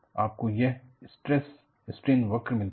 आपको यह stress strain वक्र मिलता है